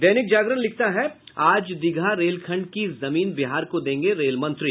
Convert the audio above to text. दैनिक जागरण लिखता है आज दीघा रेलखंड की जमीन बिहार को देंगे रेल मंत्री